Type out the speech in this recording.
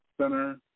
Center